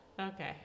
Okay